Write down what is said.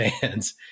fans